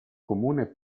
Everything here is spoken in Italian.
comune